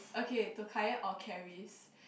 okay to Kai-yen or Carrie